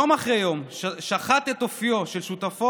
יום אחרי יום שחט את אופיו של שותפו